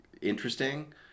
interesting